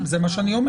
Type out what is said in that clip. עדיין תהיה יציאה